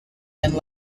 and